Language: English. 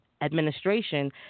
administration